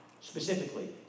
Specifically